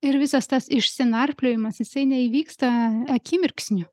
ir visas tas išsinarpliojimas jisai neįvyksta akimirksniu